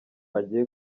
agiye